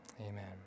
Amen